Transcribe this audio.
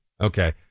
Okay